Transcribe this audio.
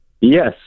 Yes